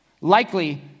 Likely